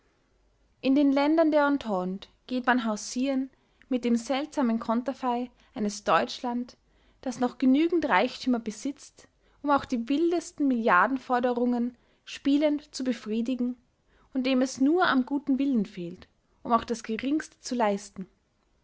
in den ländern der entente geht man hausieren mit dem seltsamen conterfei eines deutschland das noch genügend reichtümer besitzt um auch die wildesten milliardenforderungen spielend zu befriedigen und dem es nur am guten willen fehlt um auch das geringste zu leisten